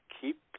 keep